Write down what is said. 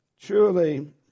truly